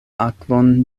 akvon